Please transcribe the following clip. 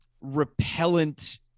repellent